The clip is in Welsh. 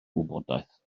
wybodaeth